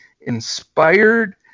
inspired